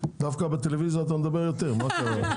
דווקא בטלוויזיה אתה מדבר יותר, מה קרה?